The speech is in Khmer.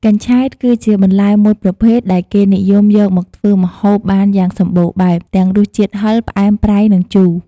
កញ្ឆែត គឺជាបន្លែមួយប្រភេទដែលគេនិយមយកមកធ្វើម្ហូបបានយ៉ាងសម្បូរបែប ទាំងរសជាតិហឹរ ផ្អែម ប្រៃ និងជូរ។